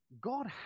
god